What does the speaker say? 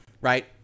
right